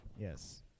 Yes